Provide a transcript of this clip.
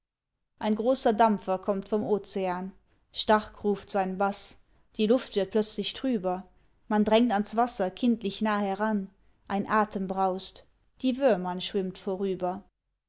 ein großer dampfer kommt vom ozean stark ruft sein baß die luft wird plötzlich trüber man drängt ans wasser kindlich nah heran ein atem braust die woermann schwimmt vorüber